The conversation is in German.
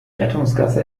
rettungsgasse